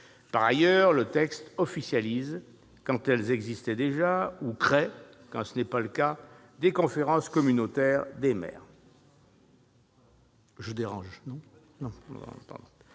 Par ailleurs, le texte officialise, quand elles existaient déjà, ou crée, quand ce n'était pas le cas, des conférences communautaires des maires. Si je vous dérange, dites-le